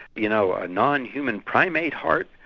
you know a non-human primate heart.